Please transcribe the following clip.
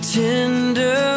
tender